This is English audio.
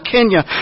Kenya